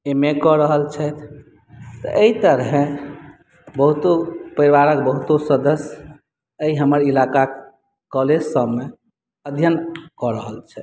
M A कय रहल छथि तऽ एहि तरहे बहुतो परिवारक बहुतो सदस्य एहि हमर इलाका कॉलेज सभमे अध्ययन कय रहल छथि